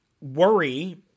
worry